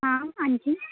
हां आणखी